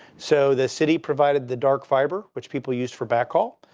so the city provided the dark fiber. which people use for back hall.